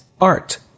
art